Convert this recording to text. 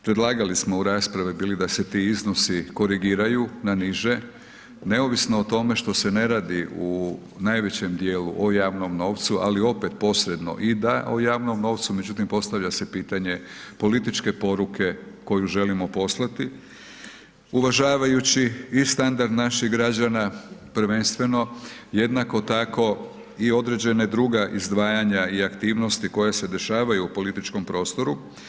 Predlagali smo u raspravili bili da se ti iznosi korigiraju na niže, neovisno o tome što se ne radi u najvećem dijelu o javnom novcu ali opet posredno i da o javnom novcu, međutim postavlja se pitanje političke poruke koju želimo poslati uvažavajući i standard naših građana, prvenstveno jednako tako i određena druga izdvajanja i aktivnosti koje se dešavaju u političkom prostoru.